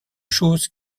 chose